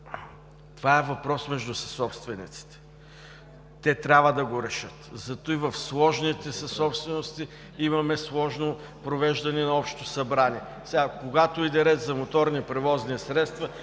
То е въпрос между съсобствениците. Те трябва да го решат. Затова в сложните съсобствености имаме сложно провеждане на Общото събрание. Когато иде реч за моторни превозни средства,